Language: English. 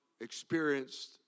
experienced